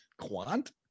Quant